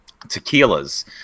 tequilas